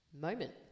moment